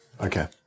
Okay